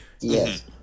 Yes